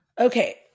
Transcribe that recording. Okay